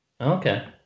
Okay